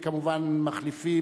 וכמובן מחליפי,